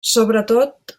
sobretot